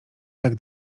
tak